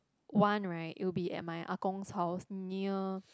one right it will be at my Ah-Gong house near